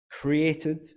created